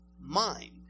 mind